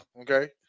Okay